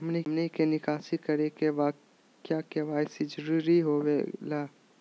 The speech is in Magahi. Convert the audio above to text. हमनी के निकासी करे के बा क्या के.वाई.सी जरूरी हो खेला?